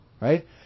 right